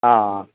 ஆ ஆ